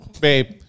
babe